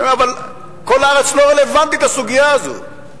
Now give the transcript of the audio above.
אבל כל הארץ לא רלוונטית לסוגיה הזאת.